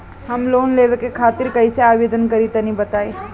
हम लोन लेवे खातिर कइसे आवेदन करी तनि बताईं?